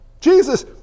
Jesus